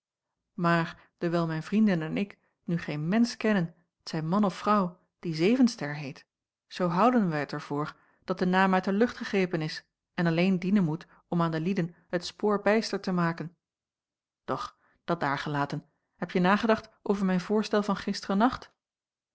maar dewijl mijn vrienden en ik nu geen mensch kennen t zij man of vrouw die zevenster heet zoo houden wij t er voor dat de naam uit de lucht gegrepen is en alleen dienen moet om aan de lieden het spoor bijster te maken doch dat daargelaten hebje nagedacht over mijn voorstel van gisteren nacht